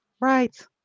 Right